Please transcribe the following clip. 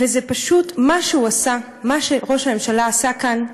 זה פשוט, מה שהוא עשה, מה שראש הממשלה עשה כאן,